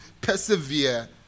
persevere